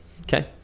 Okay